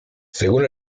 según